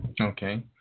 Okay